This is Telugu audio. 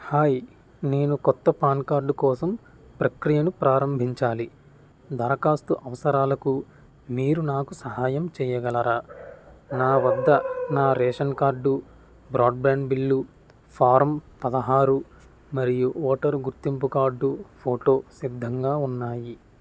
హాయ్ నేను కొత్త పాన్ కార్డు కోసం ప్రక్రియను ప్రారంభించాలి దరఖాస్తు అవసరాలకు మీరు నాకు సహాయం చెయ్యగలరా నా వద్ద నా ration card broadband bill form పదహారు మరియు ఓటరు గుర్తింపు కార్డు ఫోటో సిద్ధంగా ఉన్నాయి